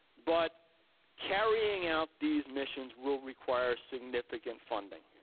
but carrying out these missions will require significant funding.